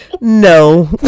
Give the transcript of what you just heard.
no